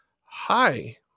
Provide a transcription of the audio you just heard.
hi